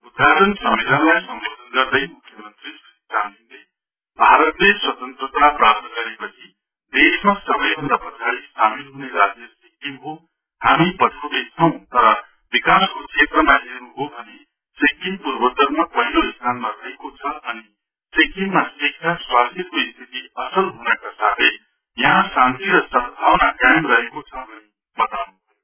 उद्घाटन सम्लेलनलाई सम्बोधन गर्दै मुख्य मन्त्री श्री चामलिङले भारतले स्वतन्त्रता प्राप्त गरेपछिदेशमा सबै भन्दा पछाड़ि सामेल हुने राज्य सिक्किम हो हामी पछौटे छौं तर विकासको क्षेत्रमा हेर्नु हो भने सिक्किम पूर्वोत्तरमा पहिलो स्थानमा रहेको छ अनि सिक्किममा शिक्षा स्वास्थ्यको स्थिति राम्रो हुनका साथै यहाँ शान्ति र सदभावना कायम रहेको छ भनि बताउनु भयो